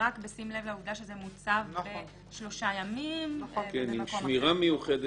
רק בשים לב לעובדה שזה מוצב שלושה ימים במקום אחר.